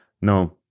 No